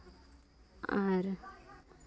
ᱟᱨ